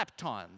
leptons